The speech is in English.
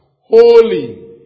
Holy